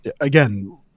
again